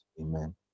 Amen